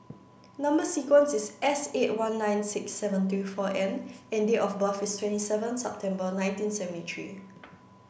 number sequence is S eight one nine six seven three four N and date of birth is twenty seven September nineteen seventy three